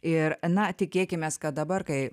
ir na tikėkimės kad dabar kai